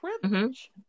privilege